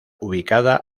ubicada